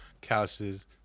couches